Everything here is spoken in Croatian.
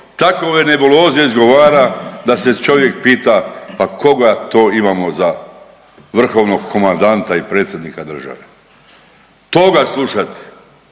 takove nebuloze izgovara da se čovjek pita pa koga to imamo za vrhovnog komandanta i predsjednika države. Toga slušat,